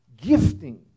gifting